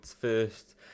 first